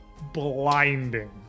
blinding